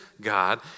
God